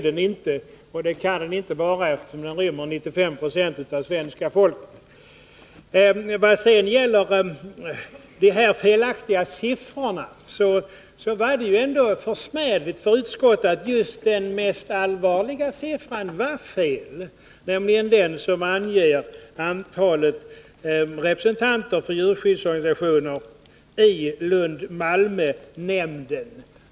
Det kan den inte vara, eftersom den rymmer 95 2 av svenska Vad gäller de felaktiga siffrorna vill jag säga att det var ju ändå försmädligt för utskottet att just den mest allvarliga siffran var fel, nämligen den som anger antalet representanter för djurskyddsorganisationer i Lund/Malmönämnden.